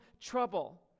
trouble